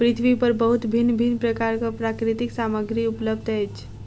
पृथ्वी पर बहुत भिन्न भिन्न प्रकारक प्राकृतिक सामग्री उपलब्ध अछि